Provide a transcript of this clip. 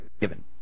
given